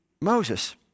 Moses